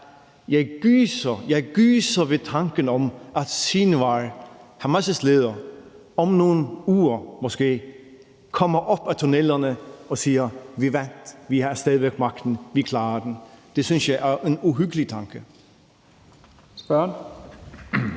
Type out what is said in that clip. jeg gyser ved tanken om, at Sinwar, Hamas' leder, om nogle uger måske kommer op fra tunnelerne og siger: Vi vandt, vi har stadig væk magten, vi klarer den. Det synes jeg er en uhyggelig tanke. Kl.